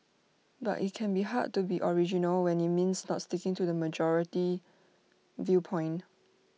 but IT can be hard to be original when IT means not sticking to the majority viewpoint